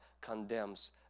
condemns